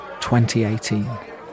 2018